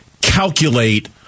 calculate